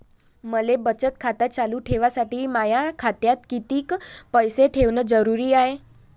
मले बचत खातं चालू ठेवासाठी माया खात्यात कितीक पैसे ठेवण जरुरीच हाय?